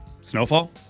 Snowfall